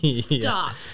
Stop